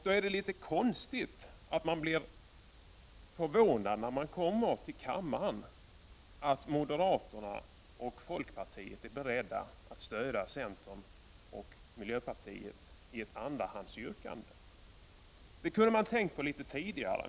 Då är det litet konstigt att man blir förvånad, när moderaterna och folkpartiet i kammaren är beredda att stödja centern och miljöpartiet i ett andrahandsyrkande. Det kunde man ha tänkt på litet tidigare.